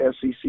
SEC